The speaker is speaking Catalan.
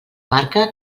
marca